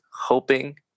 hoping